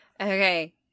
Okay